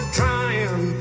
trying